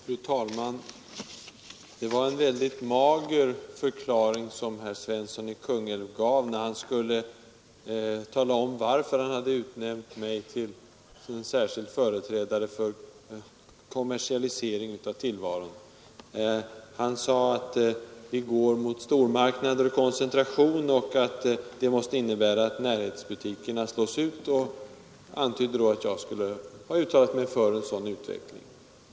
Fru talman! Det var en mager förklaring herr Svensson i Kungälv gav, när han skulle tala om varför han utnämnt mig till förespråkare för en kommersialisering av tillvaron. Han sade att vi går mot stormarknader och koncentration och att det måste innebära att närhetsbutikerna slås ut. Han antydde att jag skulle ha uttalat mig för en sådan utveckling.